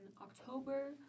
October